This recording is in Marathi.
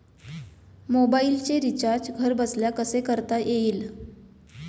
मोबाइलचे रिचार्ज घरबसल्या कसे करता येईल?